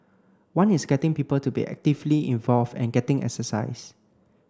one is getting people to be actively involved and getting exercise